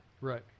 Right